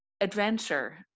adventure